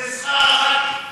זה שכר הח"כים.